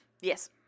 Yes